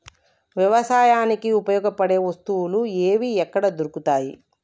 వ్యవసాయానికి ఉపయోగపడే వస్తువులు ఏవి ఎక్కడ దొరుకుతాయి?